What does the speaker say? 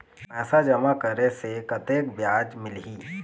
पैसा जमा करे से कतेक ब्याज मिलही?